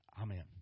Amen